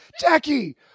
Jackie